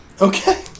Okay